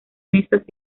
mesas